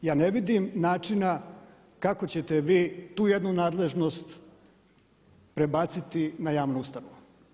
Ja ne vidim načina kako ćete vi tu jednu nadležnost prebaciti na javnu ustanovu.